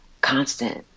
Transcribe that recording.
constant